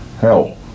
Hell